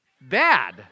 Bad